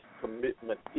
commitment